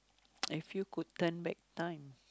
if you could turn back time